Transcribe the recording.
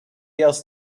else